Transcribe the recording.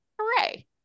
Hooray